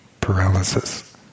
paralysis